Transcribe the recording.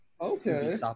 Okay